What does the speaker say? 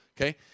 okay